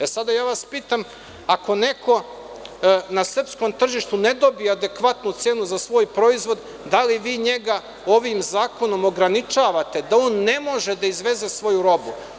E, sada ja vas pitam – ako neko na srpskom tržištu ne dobija adekvatnu cenu za svoj proizvod da li vi njega ovim zakonom ograničavate da on ne može da izveze svoju robu?